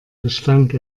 gestank